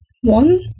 one